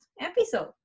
episode